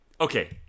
okay